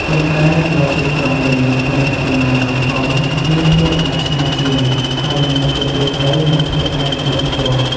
ប៉ុន្តែនៅទីក្រុងវិញ ទំនាក់ទំនងសង្គម មានភាពដាច់ឆ្ងាយជាង ហើយមនុស្សជាទូទៅមានភាពឯកជនខ្ពស់។